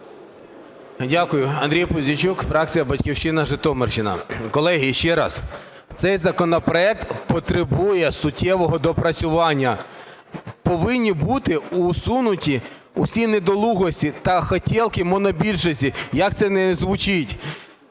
Дякую. Андрій Пузійчук, фракція "Батьківщина", Житомирщина. Колеги, ще раз, цей законопроект потребує суттєвого доопрацювання. Повинні буту усунуті всі недолугості та "хотєлки" монобільшості, як це не звучить.